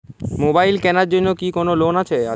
Mobile কেনার জন্য কি কোন লোন আছে?